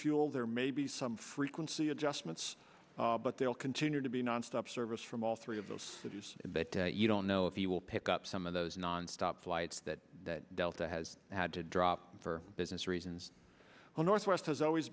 fuel there may be some frequency adjustments but they will continue to be nonstop service from all three of those cities that you don't know if you will pick up some of those nonce flights that delta has had to drop for business reasons well northwest has always